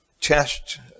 test